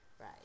right